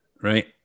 right